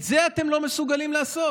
את זה אתם לא מסוגלים לעשות.